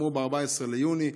אמרו ב-14 ביוני,